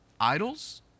idols